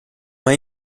hay